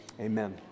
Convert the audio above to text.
amen